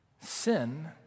Sin